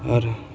आओर